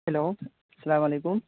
hello السلام علیکم